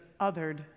othered